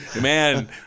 Man